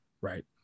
Right